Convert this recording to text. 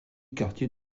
quartier